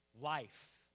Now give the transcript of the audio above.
life